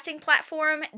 platform